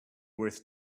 worth